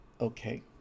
Okay